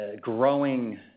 growing